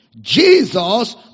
Jesus